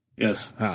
Yes